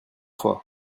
fois